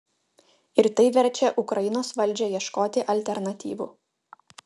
ir tai verčia ukrainos valdžią ieškoti alternatyvų